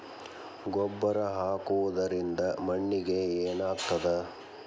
ಗೊಬ್ಬರ ಹಾಕುವುದರಿಂದ ಮಣ್ಣಿಗೆ ಏನಾಗ್ತದ?